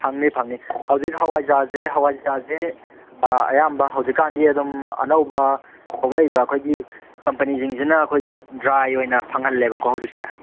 ꯐꯪꯅꯤ ꯐꯪꯅꯤ ꯍꯧꯖꯤꯛ ꯍꯋꯥꯏꯖꯥꯔꯁꯦ ꯍꯋꯥꯏꯖꯥꯔꯁꯦ ꯑꯌꯥꯝꯕ ꯍꯧꯖꯤꯛꯀꯥꯟꯗꯤ ꯑꯗꯨꯝ ꯑꯅꯧꯕ ꯊꯣꯂꯛꯏꯕ ꯑꯩꯈꯣꯏꯒꯤ ꯀꯝꯄꯅꯤꯖꯤꯡꯖꯤꯅ ꯑꯩꯈꯣꯏꯒꯤ ꯗ꯭ꯔꯥꯏ ꯑꯣꯏꯅ ꯐꯪꯍꯜꯂꯦꯕꯀꯣ ꯍꯧꯖꯤꯛꯁꯦ